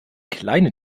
kleine